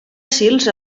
sils